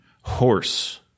horse